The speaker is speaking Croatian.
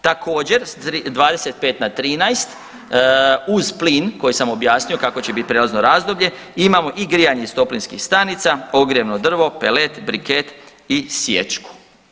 Također s 25 na 13 uz plin koji sam objasnio kako će biti prijelazno razdoblje, imamo i grijanje iz toplinskih stanica, ogrjevno drvo, pelet, briket i sječku.